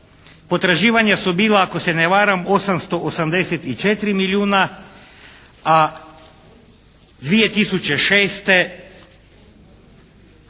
potraživanja su bila ako se ne varam 884 milijuna, a 2006.